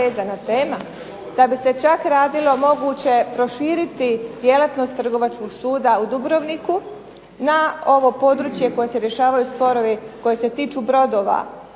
da bi se čak radilo moguće proširiti djelatnost Trgovačkog suda u Dubrovniku na ovo područje koje se rješavaju sporovi koji se tiču brodova,